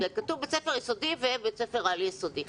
כתוב בית ספר יסודי ובית ספר על יסודי.